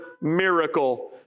miracle